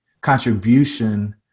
contribution